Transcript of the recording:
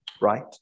right